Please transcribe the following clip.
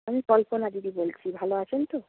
আমি কল্পনা দিদি বলছি ভালো আছেন তো